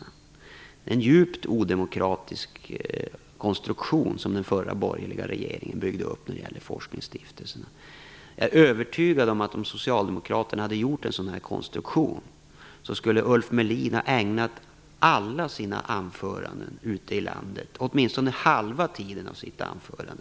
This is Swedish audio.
Det är en djupt odemokratisk konstruktion som den förra borgerliga regeringen byggde upp i forskningsstiftelserna. Jag är övertygad om att om socialdemokraterna hade gjort en sådan här konstruktion skulle Ulf Melin ha ägnat åtminstone halva tiden av alla sina anföranden ute i landet åt detta.